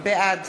בעד